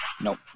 Nope